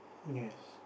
yes